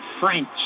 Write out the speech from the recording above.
French